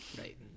Right